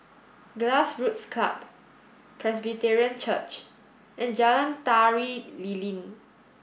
Grassroots Club Presbyterian Church and Jalan Tari Lilin